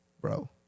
bro